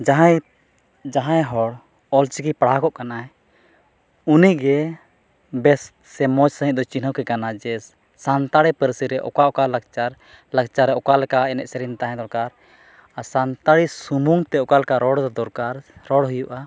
ᱡᱟᱦᱟᱭ ᱡᱟᱦᱟᱭ ᱦᱚᱲ ᱚᱞᱪᱤᱠᱤ ᱯᱟᱲᱦᱟᱣ ᱠᱚᱜ ᱠᱟᱱᱟᱭ ᱩᱱᱤᱜᱮ ᱵᱮᱥ ᱥᱮ ᱢᱚᱡᱽ ᱥᱟᱹᱦᱤᱡ ᱫᱚᱭ ᱪᱤᱱᱦᱟᱹᱠᱮ ᱠᱟᱱᱟ ᱡᱮ ᱥᱟᱱᱛᱟᱲᱤ ᱯᱟᱹᱨᱥᱤᱨᱮ ᱚᱠᱟ ᱚᱠᱟ ᱞᱟᱠᱪᱟᱨ ᱞᱟᱠᱪᱟᱨ ᱨᱮ ᱚᱠᱟ ᱞᱮᱠᱟ ᱮᱱᱮᱡ ᱥᱮᱨᱮᱧ ᱛᱟᱦᱮᱸ ᱫᱚᱨᱠᱟᱨ ᱟᱨ ᱥᱟᱱᱛᱟᱲᱤ ᱥᱩᱢᱩᱝᱼᱛᱮ ᱚᱠᱟ ᱞᱮᱠᱟ ᱨᱚᱲ ᱫᱚᱨᱠᱟᱨ ᱨᱚᱲ ᱦᱩᱭᱩᱜᱼᱟ